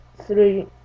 three